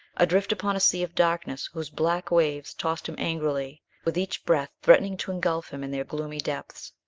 adrift upon a sea of darkness whose black waves tossed him angrily, with each breath threatening to engulf him in their gloomy depths.